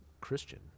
Christian